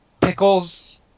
pickles